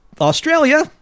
Australia